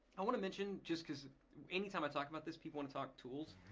i wanna mention just cause any time i talk about this, people wanna talk tools.